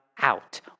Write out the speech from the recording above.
out